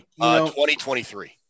2023